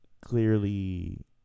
clearly